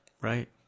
Right